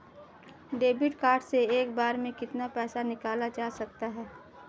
Debit card से एक बार में कितना पैसा निकाला जा सकता है?